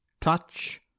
touch